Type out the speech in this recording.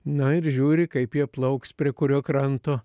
na ir žiūri kaip jie plauks prie kurio kranto